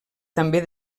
també